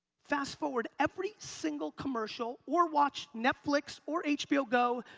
fast forward every single commercial or watch netflix or hbo go,